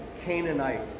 Canaanite